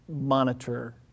monitor